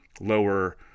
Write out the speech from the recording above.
lower